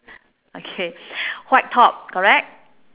okay white top correct